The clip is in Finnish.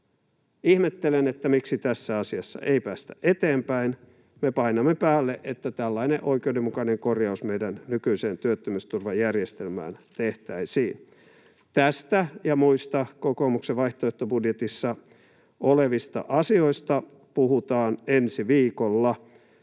Ihmettelen, miksi tässä asiassa ei päästä eteenpäin. Me painamme päälle, että tällainen oikeudenmukainen korjaus meidän nykyiseen työttömyysturvajärjestelmäämme tehtäisiin. Tästä ja muista kokoomuksen vaihtoehtobudjetissa olevista asioista puhutaan ensi viikolla.